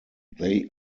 they